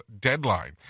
Deadline